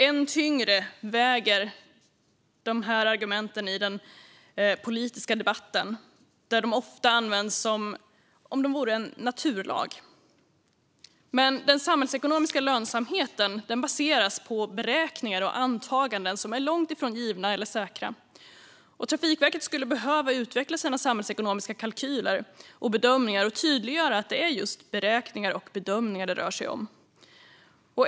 Än tyngre väger dessa argument i den politiska debatten, där de ofta används som om de vore en naturlag. Men den samhällsekonomiska lönsamheten baseras på beräkningar och antaganden som är långt ifrån givna eller säkra. Trafikverket skulle behöva utveckla sina samhällsekonomiska kalkyler och bedömningar och tydliggöra att det är just beräkningar och bedömningar som det rör sig om.